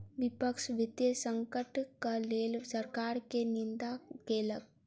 विपक्ष वित्तीय संकटक लेल सरकार के निंदा केलक